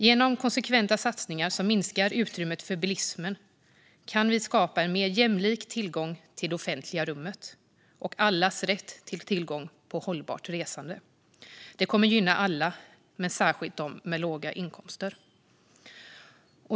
Genom konsekventa satsningar som minskar utrymmet för bilismen kan vi skapa en mer jämlik tillgång till det offentliga rummet och ge alla rätt till tillgång till hållbart resande. Detta kommer att gynna alla, men särskilt dem med låga inkomster.